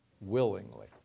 willingly